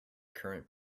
current